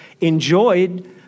enjoyed